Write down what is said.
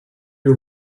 you